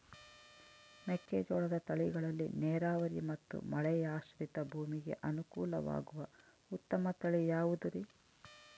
ಮೆಕ್ಕೆಜೋಳದ ತಳಿಗಳಲ್ಲಿ ನೇರಾವರಿ ಮತ್ತು ಮಳೆಯಾಶ್ರಿತ ಭೂಮಿಗೆ ಅನುಕೂಲವಾಗುವ ಉತ್ತಮ ತಳಿ ಯಾವುದುರಿ?